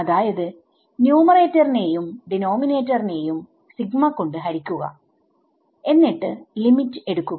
അതായത് ന്യൂമറേറ്ററിനെയും ഡിനോമിനേറ്ററിനെയും സിഗ്മ കൊണ്ട് ഹരിക്കുക എന്നിട്ട് ലിമിറ്റ് എടുക്കുക